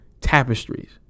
tapestries